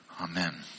Amen